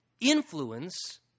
influence